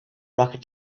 rocket